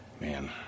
Man